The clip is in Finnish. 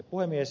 puhemies